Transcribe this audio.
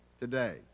today